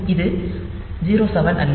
இது 07 அல்ல